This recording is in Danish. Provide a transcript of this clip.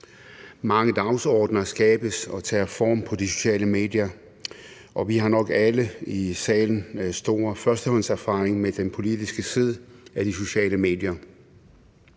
Mange dagsordener skabes og tager form på de sociale medier, og vi har nok alle i salen stor førstehåndserfaring med den politiske side af de sociale medier.